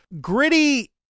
Gritty